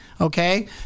okay